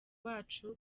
wacu